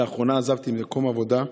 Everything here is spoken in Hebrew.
לאחרונה עזבתי מקום עבודה,